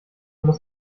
muss